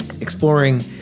exploring